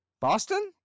Boston